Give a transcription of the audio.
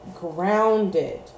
Grounded